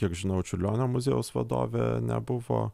kiek žinau čiurlionio muziejaus vadovė nebuvo